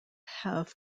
have